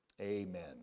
Amen